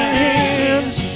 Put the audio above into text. hands